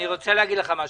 אני רוצה להגיד לך משהו.